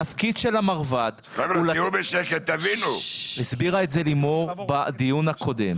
התפקיד של המרב"ד הסבירה את זה לימור בדיון הקודם